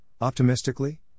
optimistically